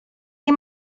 nie